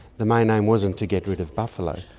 the main aim wasn't to get rid of buffalo.